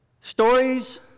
Stories